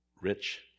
rich